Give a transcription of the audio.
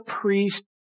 priest